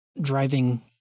driving –